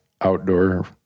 outdoor